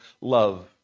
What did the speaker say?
love